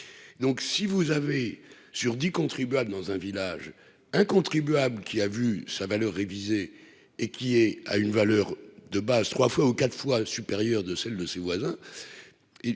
donc si vous avez sur 10 contribuable dans un village un contribuable qui a vu sa valeur révisée et qui elle a une valeur de base 3 fois ou 4 fois supérieure de celle de ses voisins